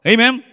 Amen